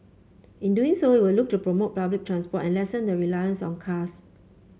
in doing so it will look to promote public transport and lessen the reliance on cars